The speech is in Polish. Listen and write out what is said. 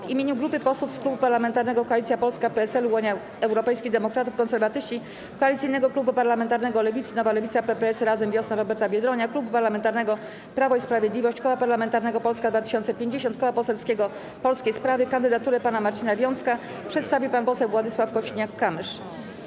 W imieniu grupy posłów z Klubu Parlamentarnego Koalicja Polska - PSL, Unia Europejskich Demokratów, Konserwatyści, Koalicyjnego Klubu Parlamentarnego Lewicy (Nowa Lewica, PPS, Razem, Wiosna Roberta Biedronia), Klubu Parlamentarnego Prawo i Sprawiedliwość, Koła Parlamentarnego Polska 2050, Koła Poselskiego Polskie Sprawy kandydaturę pana Marcina Wiącka przedstawi pan poseł Władysław Kosiniak-Kamysz.